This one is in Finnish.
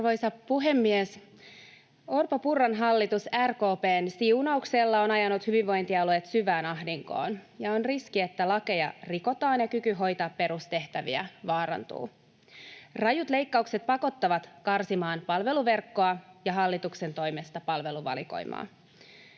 Arvoisa puhemies! Orpon—Purran hallitus RKP:n siunauksella on ajanut hyvinvointialueet syvään ahdinkoon, ja on riski, että lakeja rikotaan ja kyky hoitaa perustehtäviä vaarantuu. Rajut leikkaukset pakottavat karsimaan palveluverkkoa ja hallituksen toimesta palveluvalikoimaa.